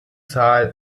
zahl